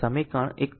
તેથી આ સમીકરણ 1